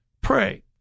Pray